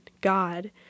God